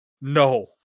No